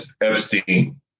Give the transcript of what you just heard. Epstein